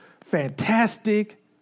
fantastic